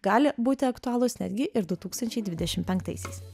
gali būti aktualūs netgi ir du tūkstančiai dvidešim penktaisiais